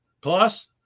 Plus